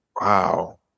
Wow